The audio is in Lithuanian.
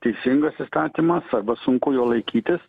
teisingas įstatymas arba sunku jo laikytis